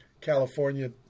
California